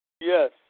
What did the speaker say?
Yes